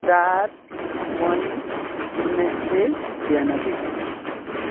चार मई उन्नाइस सय ब्यानब्बे